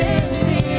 empty